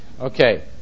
Okay